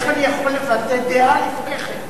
איך אני יכול לבטא דעה לפני כן?